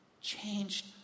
changed